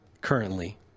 currently